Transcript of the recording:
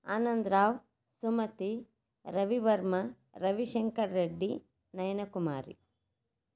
Anand Rao Sumathi Ravivarma Ravishankar Reddy Nayana Kumari